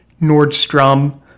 Nordstrom